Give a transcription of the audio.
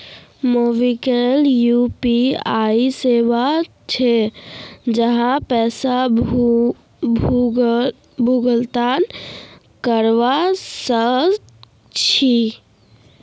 MobiKwik UPI सेवा छे जहासे पैसा भुगतान करवा सक छी